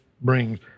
brings